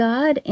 God